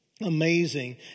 amazing